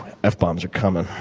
f-bombs are coming.